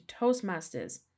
Toastmasters